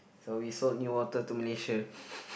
so we sold new water to Malaysia